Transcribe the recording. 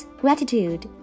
gratitude